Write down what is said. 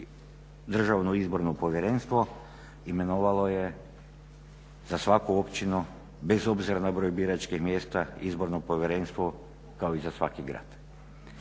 Državno izborno povjerenstvo imenovalo je za svaku općinu bez obzira na broj biračkih mjesta izborno povjerenstvo kao i za svaki grad.